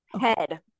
Head